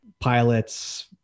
Pilots